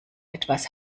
etwas